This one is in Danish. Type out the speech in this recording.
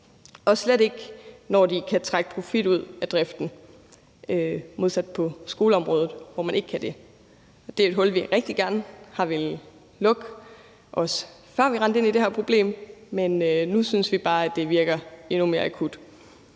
og slet ikke, når de kan trække profit ud af driften – modsat på skoleområdet, hvor man ikke kan det. Det er et hul, vi gerne har villet lukke, også før vi rendte ind i det her problem, men nu synes vi bare, at det virker endnu mere akut,